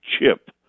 chip